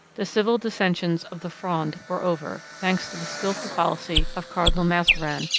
the civil dissensions of the fronde were over, thanks to the skilful policy of cardinal mazarin,